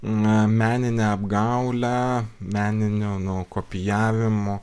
na menine apgaule meniniu nu kopijavimu